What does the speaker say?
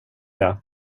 jag